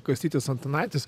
kastytis antanaitis